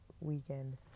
weekend